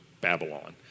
Babylon